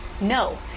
no